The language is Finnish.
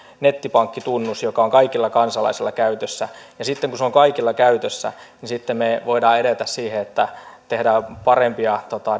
nettipankkitunnus joka on kaikilla kansalaisilla käytössä ja sitten kun se on kaikilla käytössä me voimme edetä siihen että tehdään parempia